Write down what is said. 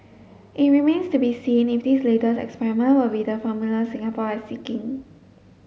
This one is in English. it remains to be seen if this latest experiment will be the formula Singapore is seeking